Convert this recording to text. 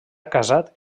casat